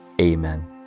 Amen